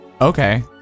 Okay